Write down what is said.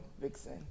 vixen